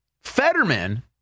Fetterman